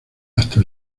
hasta